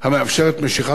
הגברת תחרות,